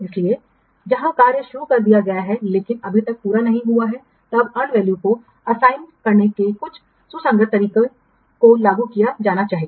इसलिए जहां कार्य शुरू कर दिया गया है लेकिन अभी तक पूरा नहीं हुआ है तब अर्न वैल्यू को असाइन करने के कुछ सुसंगत तरीके को लागू किया जाना चाहिए